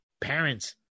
parents